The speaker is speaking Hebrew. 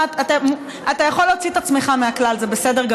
אתה יכול להוציא את עצמך מהכלל, זה בסדר.